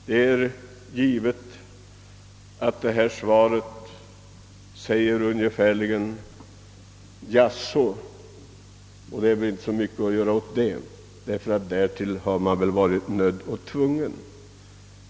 Det svar jag fått innebär ungefär ett jaså, och det är inte mycket att göra åt det. Därtill har man väl varit nödd och tvungen!